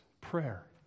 prayer